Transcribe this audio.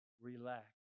relax